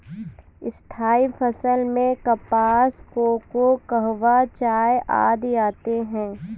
स्थायी फसल में कपास, कोको, कहवा, चाय आदि आते हैं